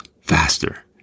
faster